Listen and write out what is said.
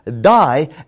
die